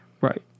right